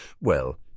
Well